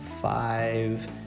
five